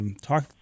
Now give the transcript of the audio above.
Talk